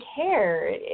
care